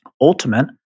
Ultimate